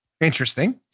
Interesting